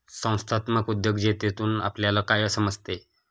संस्थात्मक उद्योजकतेतून आपल्याला काय समजते?